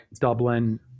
Dublin